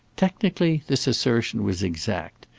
technically this assertion was exact,